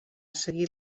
seguir